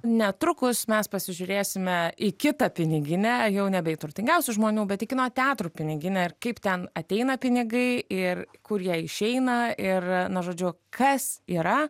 netrukus mes pasižiūrėsime į kitą pinigine jau nebe į turtingiausių žmonių bet į kino teatrų piniginę ir kaip ten ateina pinigai ir kur jie išeina ir na žodžiu kas yra